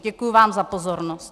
Děkuju vám za pozornost.